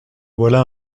voilà